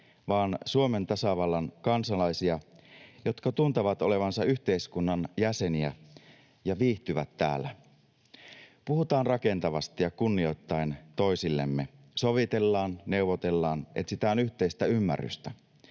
vaan Suomen tasavallan kansalaisia, jotka tuntevat olevansa yhteiskunnan jäseniä ja viihtyvät täällä. Puhutaan rakentavasti ja kunnioittaen toisillemme. Sovitellaan, neuvotellaan, etsitään yhteistä ymmärrystä.